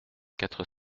quatre